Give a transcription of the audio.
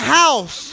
house